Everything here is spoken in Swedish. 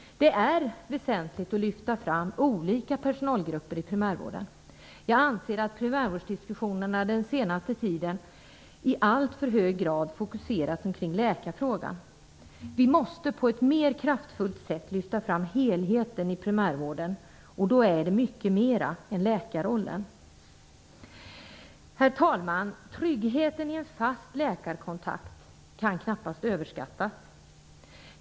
Det är väsentligt att lyfta fram olika personalgrupper i primärvården. Jag anser att primärvårdsdiskussionerna den senaste tiden i alltför hög grad fokuserats omkring läkarfrågan. Vi måste på ett mer kraftfullt sätt lyfta fram helheten i primärvården och då handlar det om mycket mer än läkarrollen. Herr talman! Tryggheten i en fast läkarkontakt kan knappast överskattas.